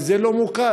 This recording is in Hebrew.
כי זה לא מוכר.